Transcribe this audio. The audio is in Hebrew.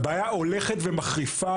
הבעיה הולכת ומחריפה,